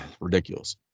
Ridiculous